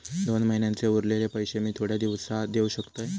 दोन महिन्यांचे उरलेले पैशे मी थोड्या दिवसा देव शकतय?